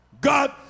God